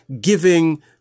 giving